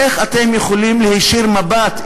איך אתם יכולים להישיר מבט,